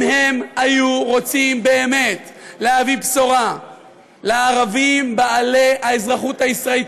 אם הם היו רוצים באמת להביא בשורה לערבים בעלי האזרחות הישראלית,